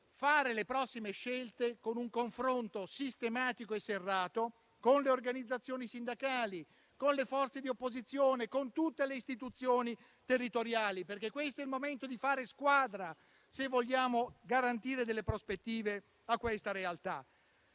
fare le prossime scelte con un confronto sistematico e serrato con le organizzazioni sindacali, con le forze di opposizione, con tutte le istituzioni territoriali, perché questo è il momento di fare squadra se vogliamo garantire delle prospettive a questa realtà